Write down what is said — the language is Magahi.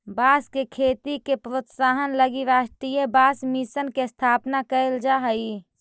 बाँस के खेती के प्रोत्साहन हलगी राष्ट्रीय बाँस मिशन के स्थापना कैल गेल हइ